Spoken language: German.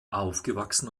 aufgewachsen